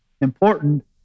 important